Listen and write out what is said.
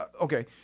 okay